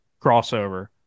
crossover